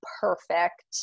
perfect